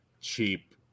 cheap